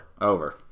Over